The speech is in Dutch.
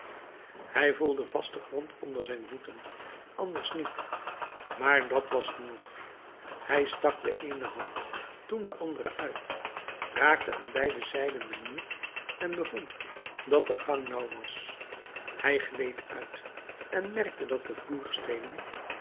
hij voelde vasten grond onder zijn voeten anders niet maar dat was genoeg hij stak de eene hand toen de andere uit raakte aan beide zijden den muur aan en bevond dat de gang nauw was hij gleed uit en merkte dat de